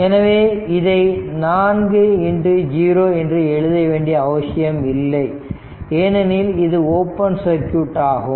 எனவே இதை 40 என்று எழுதவேண்டிய அவசியம் இல்லை ஏனெனில் இது ஓபன் சர்க்யூட் ஆகும்